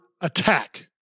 attack